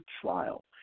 trial